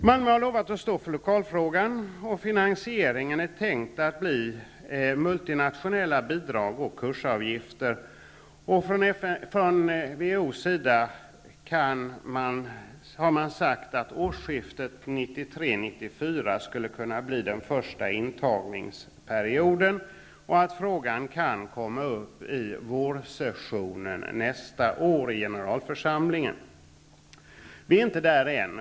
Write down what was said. Malmö har lovat att stå för lokalfrågan, och finansieringen är tänkt att bli multinationella bidrag och kursavgifter. Från WHO:s sida har sagts att årsskiftet 1993/94 skulle kunna bli den första intagningsperioden och att frågan kan komma upp vid vårsessionen i generalförsamlingen nästa år. Vi är inte där än.